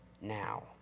now